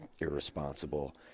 irresponsible